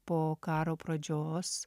po karo pradžios